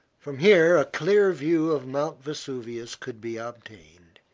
from here a clear view of mt. vesuvius could be obtained.